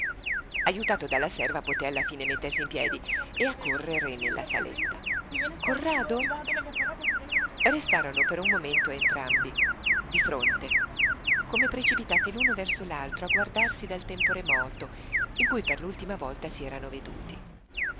ajutato dalla serva poté alla fine mettersi in piedi e accorrere nella saletta corrado restarono per un momento entrambi di fronte come precipitati l'uno verso l'altro a guardarsi dal tempo remoto in cui per l'ultima volta si erano veduti